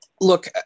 look